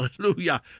hallelujah